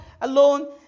alone